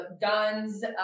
guns